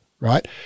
right